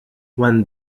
when